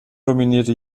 dominierte